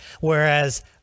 whereas